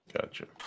gotcha